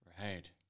Right